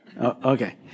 Okay